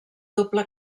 doble